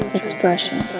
expression